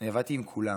אני עבדתי עם כולם.